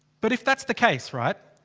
but if that's the case, right?